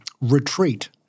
Retreat